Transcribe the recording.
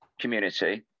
community